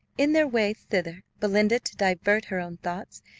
in their way thither, belinda, to divert her own thoughts,